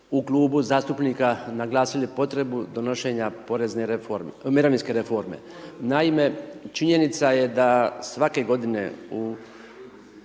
u klubu zastupnika naglasili potrebu donošenja mirovinske reforme. Naime, činjenica je da svake godine